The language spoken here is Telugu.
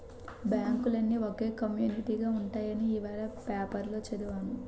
బాంకులన్నీ ఒకే కమ్యునీటిగా ఉంటాయని ఇవాల పేపరులో చదివాను